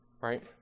Right